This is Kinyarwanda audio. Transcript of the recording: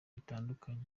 bitandukanye